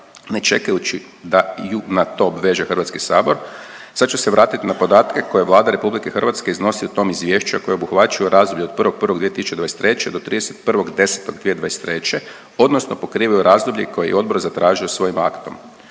ne čekajući da ju na to obveže Hrvatski sabor sad ću se vratit na podatke koje je Vlada Republike Hrvatske iznosi u tom izvješću, a koje obuhvaćaju razdoblje od 1.1.2023. odnosno pokrivaju razdoblje koje je odbor zatražio svojim aktom.